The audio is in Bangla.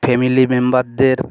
ফেমিলি মেম্বারদের